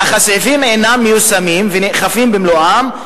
אך הסעיפים אינם מיושמים ונאכפים במלואם,